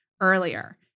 earlier